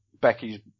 Becky's